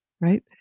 right